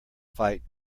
fight